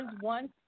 one